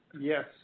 Yes